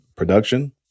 production